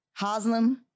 Hoslam